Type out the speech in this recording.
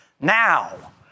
now